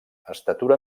estatura